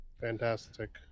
fantastic